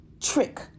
trick